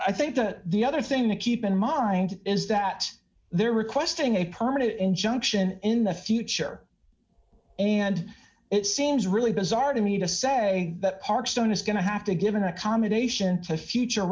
i think the other thing to keep in mind is that they're requesting a permanent injunction in the future and it seems really bizarre to me to say that park stone is going to have to give an accommodation to future